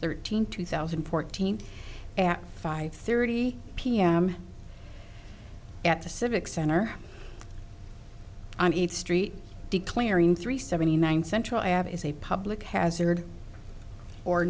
thirteenth two thousand and fourteen at five thirty p m at the civic center on eight street declaring three seventy nine central app is a public hazard or